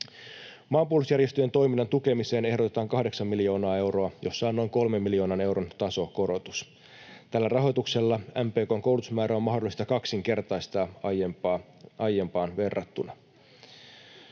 Maanpuolustusjärjestöjen toiminnan tukemiseen ehdotetaan 8 miljoonaa euroa, jossa on noin 3 miljoonan euron tasokorotus. Tällä rahoituksella MPK:n koulutusmäärä on mahdollista kaksinkertaistaa aiempaan verrattuna.